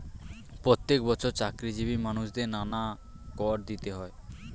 প্রত্যেক বছর চাকরিজীবী মানুষদের নানা কর দিতে হয়